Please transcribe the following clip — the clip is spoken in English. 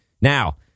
Now